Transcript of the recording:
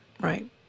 Right